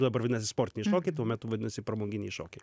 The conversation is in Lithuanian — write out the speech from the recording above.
dabar vadinasi sportiniai šokiai tuo metu vadinosi pramoginiai šokiai